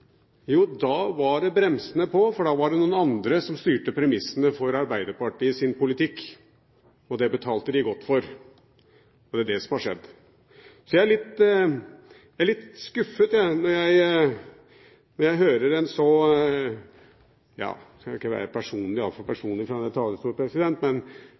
Jo, da var det bremsene på, for da var det noen andre som styrte premissene for Arbeiderpartiets politikk, og det betalte de godt for. Det er det som har skjedd. Så jeg er litt skuffet når en så – nå skal en ikke være altfor personlig